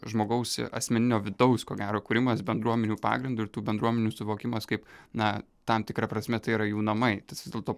žmogaus asmeninio vidaus ko gero kūrimas bendruomenių pagrindu ir tų bendruomenių suvokimas kaip na tam tikra prasme tai yra jų namai tad dėl to